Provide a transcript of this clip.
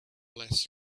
less